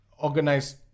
organized